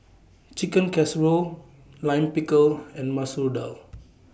Chicken Casserole Lime Pickle and Masoor Dal